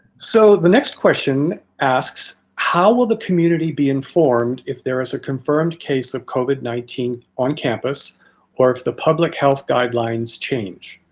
so the next question asks how will the community be informed if there is a confirmed case of covid nineteen on campus or if the public health guidelines change?